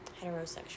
heterosexual